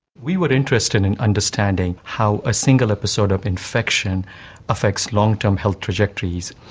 we were interested in understanding how a single episode of infection affects long-term health trajectories.